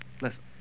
listen